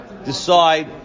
Decide